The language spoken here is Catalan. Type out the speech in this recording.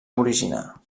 originar